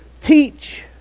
teach